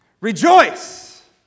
Rejoice